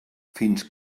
fins